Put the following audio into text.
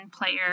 player